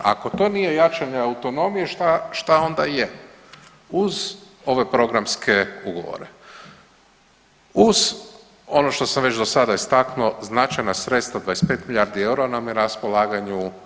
Ako to nije jačanje autonomije šta onda je uz ove programske ugovore, uz ono što sam već do sada istaknuo značajna sredstva 25 milijardi eura nam je na raspolaganju.